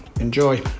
Enjoy